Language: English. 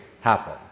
happen